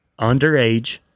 underage